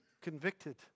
convicted